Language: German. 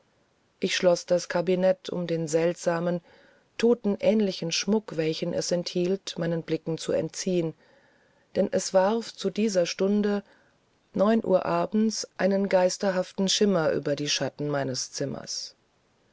ich schloß das kabinet um den seltsamen totenähnlichen schmuck welchen es enthielt meinen blicken zu entziehen denn es warf zu dieser stunde neun uhr abends einen geisterhaften schimmer über die schatten meines zimmers